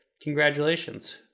congratulations